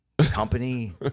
Company